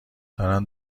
دارن